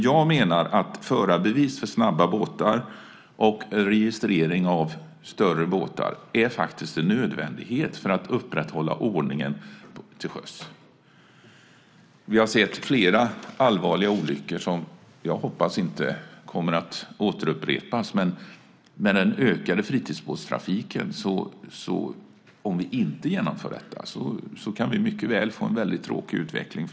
Jag menar att förarbevis för snabba båtar och registrering av större båtar är nödvändigt för att man ska kunna upprätthålla ordningen till sjöss. Vi har sett flera allvarliga olyckor, som jag hoppas inte kommer att upprepas. Med den ökande fritidsbåtstrafiken kan vi, om vi inte genomför detta, få en mycket tråkig utveckling.